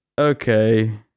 Okay